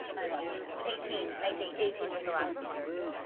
i lost my eighteen, i think. eighteen was the last one.